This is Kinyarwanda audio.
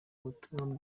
ubutumwa